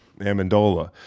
Amendola